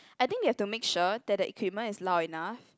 I think you have to make sure that the equipment is loud enough